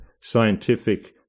scientific